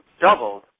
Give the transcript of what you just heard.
doubled